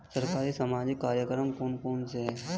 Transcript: सरकारी सामाजिक कार्यक्रम कौन कौन से हैं?